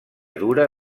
dura